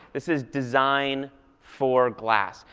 this is design for glass.